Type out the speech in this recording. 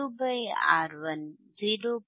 R2 R1 0